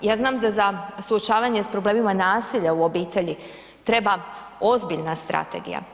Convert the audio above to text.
Ja znam da za suočavanje s problemima nasilja u obitelji treba ozbiljna strategija.